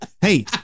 Hey